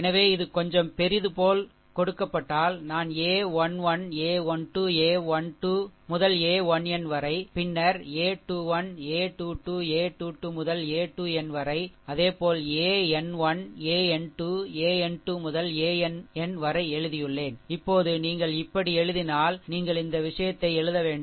எனவே இது கொஞ்சம் பெரியது போல் கொடுக்கப்பட்டால் நான் a 1 1 a 1 2 a 1 2 முதல் a 1n வரை பின்னர் a 21 a 2 2 a 2 2 முதல் a 2n வரை அதேபோல் an 1 an 2 an 2 முதல் ann வரை எழுதியுள்ளேன் இப்போது நீங்கள் இப்படி எழுதினால் நீங்கள் இந்த விஷயத்தை எழுத வேண்டும்